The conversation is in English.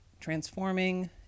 transforming